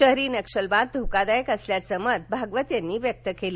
शहरी नक्षलवाद धोकादायक असल्याचं मत भागवत यांनी व्यक्त केलं